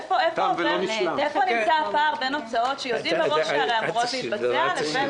איפה נמצא הפער בין הוצאות שיודעים מראש שאמורות להתבצע לבין